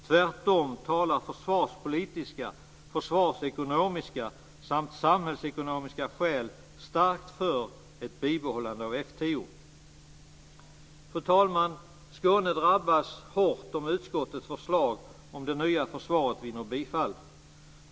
Tvärtom talar försvarspolitiska, försvarsekonomiska och samhällsekonomiska skäl starkt för ett bibehållande av F 10. Fru talman! Skåne drabbas hårt om utskottets förslag om det nya försvaret vinner bifall.